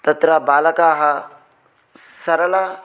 तत्र बालकाः सरल